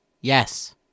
Yes